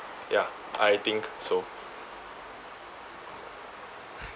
ya I think so